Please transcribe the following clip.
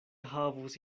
havus